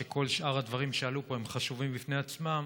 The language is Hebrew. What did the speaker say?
כל שאר הדברים שעלו פה הם חשובים בפני עצמם,